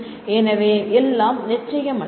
எனவே எல்லாம் நிச்சயமற்றது